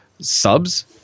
subs